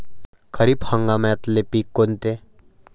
खरीप हंगामातले पिकं कोनते?